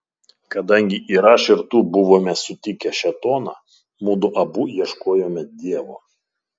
kadangi ir aš ir tu buvome sutikę šėtoną mudu abu ieškojome dievo